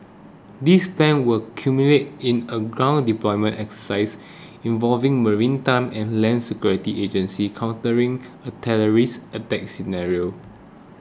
this plan will culminate in a ground deployment exercise involving maritime and land security agencies countering a terrorist attack scenario